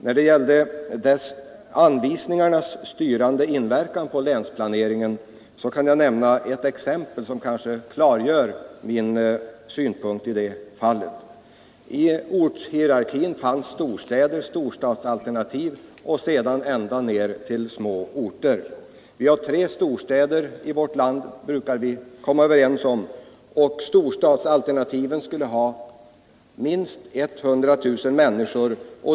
När det gäller anvisningarnas styrande inverkan på länsplaneringen kan jag nämna ett exempel, som kar Kungl. Maj:ts ering upptog i ortshierarkin allt från storstäder, storstadsalternativ och ända ner till små orter. Vi har tre e klargör min synpunkt i det fallet. storstäder i vårt land, brukar vi komma överens om. Storstadsalternativen skulle ha minst 100 000 människor.